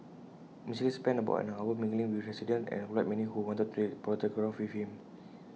Mister lee spent about an hour mingling with residents and obliged many who wanted to take A photograph with him